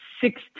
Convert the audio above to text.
six